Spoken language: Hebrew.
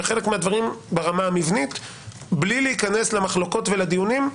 וחלק מהדברים ברמה המבנית בלי להיכנס למחלוקת ולדיונים,